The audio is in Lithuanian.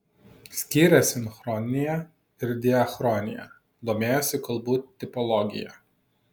skyrė sinchroniją ir diachroniją domėjosi kalbų tipologija